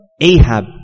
Ahab